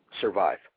survive